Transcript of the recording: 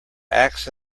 axe